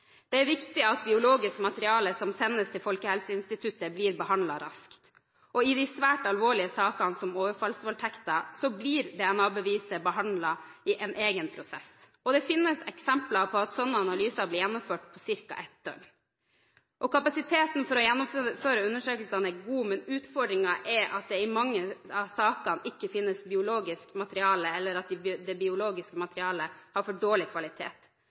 Det er viktig at biologisk materiale som sendes til Folkehelseinstituttet, blir behandlet raskt. I de svært alvorlige sakene som overfallsvoldtekter er, blir DNA-bevis behandlet i en egen prosess, og det finnes eksempler på at slike analyser blir gjennomført på ca. ett døgn. Kapasiteten for å gjennomføre undersøkelsene er gode, men utfordringen er at det i mange av sakene ikke finnes biologisk materiale, eller at det biologiske materialet har for dårlig kvalitet.